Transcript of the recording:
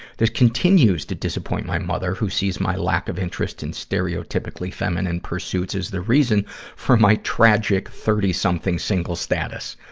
this continues to disappoint my mother, who sees my lack of interest in stereotypically feminine pursuits as the reason for my tragic thirty something single status.